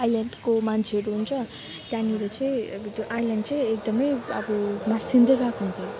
आइल्यान्डको मान्छेहरू हुन्छ त्यहाँनिर चाहिँ अब त्यो आइल्यान्ड चाहिँ एकदमै अब भास्सिदै गएको हुन्छ